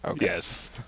Yes